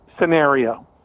Scenario